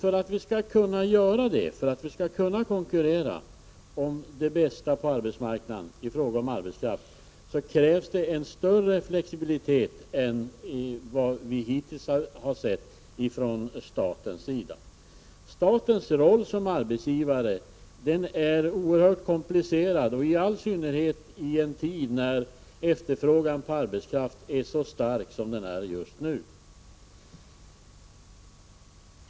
För att detta skall bli möjligt, för att staten skall kunna konkurrera om det bästa på arbetsmarknaden i fråga om arbetskraft, krävs en större flexibilitet än vad vi hittills har sett från statens sida. Statens roll som arbetsgivare är oerhört komplicerad, i all synnerhet i en tid när efterfrågan på arbetskraft är så stark som den är just nu.